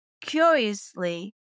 Curiously